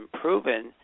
proven